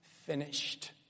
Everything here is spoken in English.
Finished